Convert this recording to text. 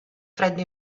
freddo